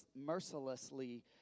Mercilessly